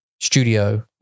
studio